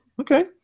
okay